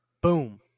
Boom